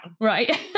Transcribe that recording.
right